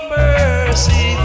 mercy